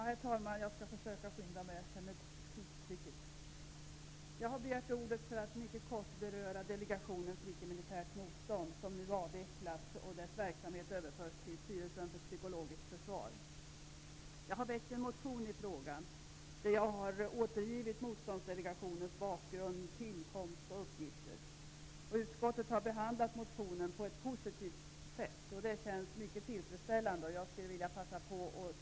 Herr talman! Jag skall försöka skynda mig, jag känner trycket. Jag har begärt ordet för att mycket kort säga något om Delegationen för icke-militärt motstånd, som nu avvecklas och vars verksamhet överförs till Jag har väckt en motion i frågan, där jag har återgivit Motståndsdelegationens bakgrund, tillkomst och uppgifter. Utskottet har behandlat motionen på ett positivt sätt, och det känns mycket tillfredsställande. Jag vill passa på att tacka för det.